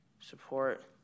support